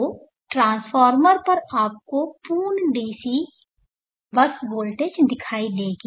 तो ट्रांसफार्मर पर आपको पूर्ण डीसी बस वोल्टेज दिखाई देगी